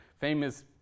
famous